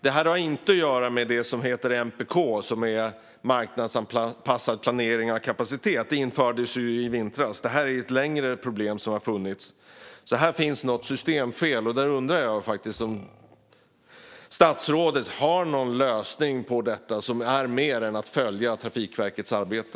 Det här har inget att göra med MPK, marknadsanpassad planering av kapacitet, som infördes i vintras, utan problemet har funnits längre än så. Det finns ett systemfel här. Jag undrar: Har statsrådet någon lösning på detta mer än att följa Trafikverkets arbete?